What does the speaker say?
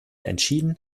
entschieden